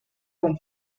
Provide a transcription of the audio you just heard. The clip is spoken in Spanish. con